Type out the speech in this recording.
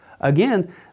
Again